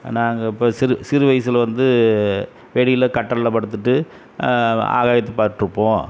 நாங்கள் இப்போ சிறு சிறு வயசில் வந்து வெளியில் கட்டலில் படுத்துகிட்டு ஆகாயத்தை பார்த்துட்ருப்போம்